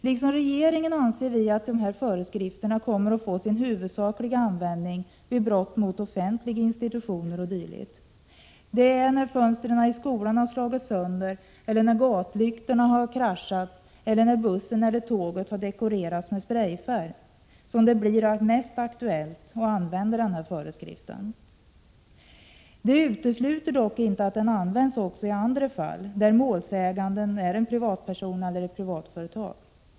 Liksom regeringen anser vi att den här föreskriften kommer att få sin huvudsakliga användning vid brott mot offentliga institutioner o. d. Det är när fönstren i skolan har slagits sönder, när gatlyktorna har kraschats eller när bussen eller tåget har dekorerats med sprayfärg som det blir mest aktuellt att använda föreskriften. Det utesluter dock inte att den används också i andra fall, där målsäganden är en privatperson eller ett privatföretag.